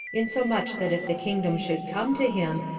insomuch that if the kingdom should come to him,